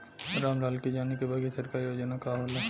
राम लाल के जाने के बा की सरकारी योजना का होला?